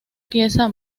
pieza